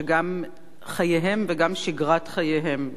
שגם חייהם וגם שגרת חייהם מאוימים.